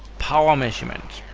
power measurement.